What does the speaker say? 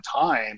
time